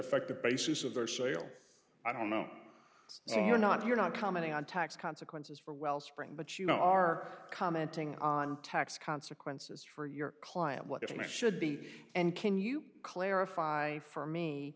affect the basis of their sales i don't know so you're not you're not commenting on tax consequences for wellspring but you are commenting on tax consequences for your client what i should be and can you clarify for